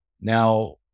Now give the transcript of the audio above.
Now